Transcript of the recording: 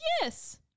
yes